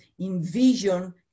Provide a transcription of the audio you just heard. envision